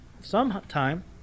sometime